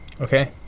Okay